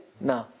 No